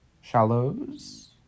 shallows